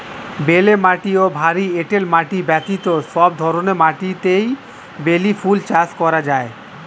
বেলে মাটি ও ভারী এঁটেল মাটি ব্যতীত সব ধরনের মাটিতেই বেলি ফুল চাষ করা যায়